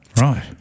Right